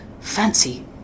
fancy